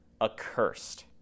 accursed